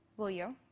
will you?